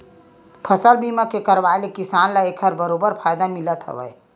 फसल बीमा के करवाय ले किसान ल एखर बरोबर फायदा मिलथ हावय